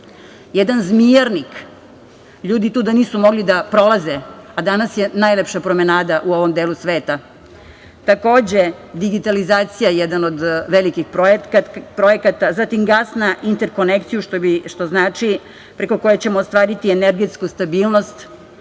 jedan zmijarnik, ljudi tuda nisu mogli da prolaze, a danas je najlepša promenada u ovom delu sveta. Digitalizacija je jedan od velikih projekata, zatim gasna interkonekciju, što znači preko koje ćemo ostvariti energetsku stabilnost.